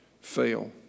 fail